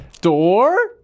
Door